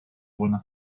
buena